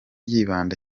yibanda